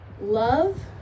love